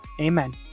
amen